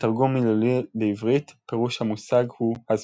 בתרגום מילולי לעברית פירוש המושג הוא "הזמנה".